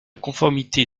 conformité